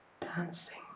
dancing